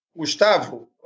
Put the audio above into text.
Gustavo